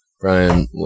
brian